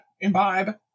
imbibe